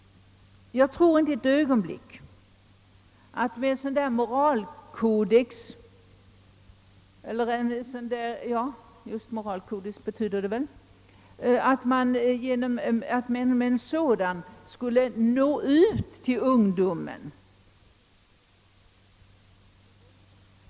Jag tror inte ett ögonblick att man med en sådan möoralkodex skulle nå ut till ungdomen.